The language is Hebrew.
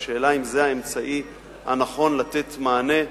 השאלה היא אם זה האמצעי הנכון לתת מענה,